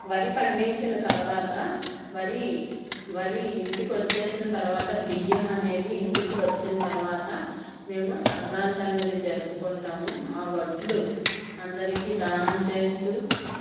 వరి పండించిన తర్వాత వరి వరి ఇంటికి వచ్చిన తర్వాత బియ్యం అనేవి ఇంటికి వచ్చిన తర్వాత మేము సంక్రాంతి అనేది జరుపుకుంటాము ఆ వడ్లు అందరికి దానం చేస్తు